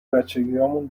بچگیهامون